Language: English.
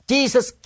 Jesus